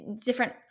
different